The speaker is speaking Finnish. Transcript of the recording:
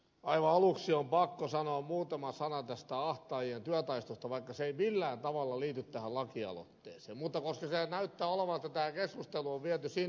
aivan aluksi on pakko sanoa muutama sana tästä ahtaajien työtaistelusta vaikka se ei millään tavalla liity tähän lakialoitteeseen koska näyttää olevan että tämä keskustelu on viety sinne